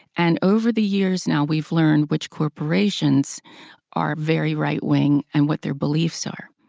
and over the years now we've learned which corporations are very right wing and what their beliefs are.